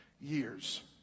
Years